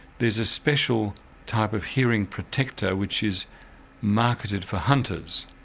there's a special type of hearing protector which is marketed for hunters